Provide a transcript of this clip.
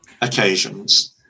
occasions